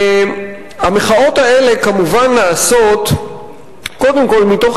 המחאות האלה כמובן נעשות קודם כול מתוך